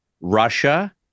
Russia